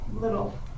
little